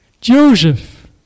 Joseph